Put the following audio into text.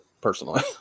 personally